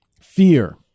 Fear